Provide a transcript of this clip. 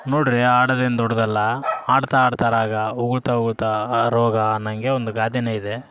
ನೋಡ್ರಿ ಹಾಡೋದೇನ್ ದೊಡ್ದಲ್ಲಾ ಹಾಡ್ತ ಹಾಡ್ತ ರಾಗ ಉಗುಳ್ತಾ ಉಗುಳ್ತಾ ರೋಗ ಅನ್ನೊಂಗೆ ಒಂದು ಗಾದೆ ಇದೆ